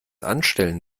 anstellen